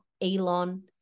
Elon